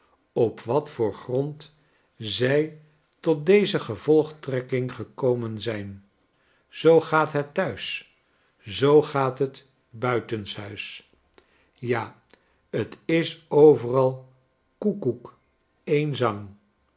op wat voor grond zij tot deze ge vol gtrekking gekomen zijn zoo gaat het thuis zoo gaat het buitenshuis ja t is overal koekoek een zang